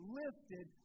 lifted